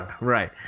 Right